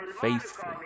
faithful